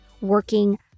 working